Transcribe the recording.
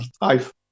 life